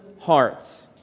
hearts